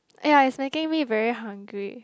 ya is making me very hungry